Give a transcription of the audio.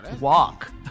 Walk